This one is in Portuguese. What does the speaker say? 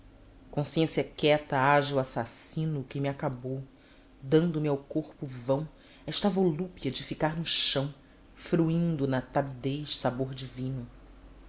consciência quieta haja o assassino que me acabou dando-me ao corpo vão esta volúpia de ficar no chão fruindo na tabidez sabor divino